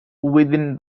within